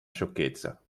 sciocchezza